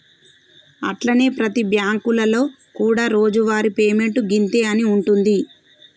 అట్లనే ప్రతి బ్యాంకులలో కూడా రోజువారి పేమెంట్ గింతే అని ఉంటుంది